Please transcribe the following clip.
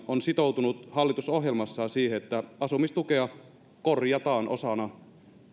on sitoutunut hallitusohjelmassaan siihen että asumistukea korjataan osana